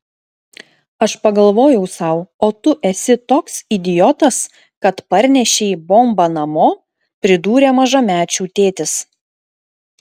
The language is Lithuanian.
aš pagalvojau sau o tu esi toks idiotas kad parnešei bombą namo pridūrė mažamečių tėtis